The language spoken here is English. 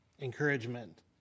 encouragement